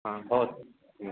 आं भवतु